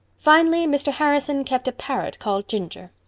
finally, mr. harrison kept a parrot called ginger.